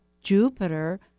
Jupiter